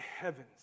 heavens